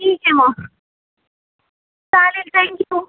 ठीक आहे मग चालेल थॅंक्यू